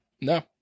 No